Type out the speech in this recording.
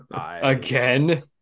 again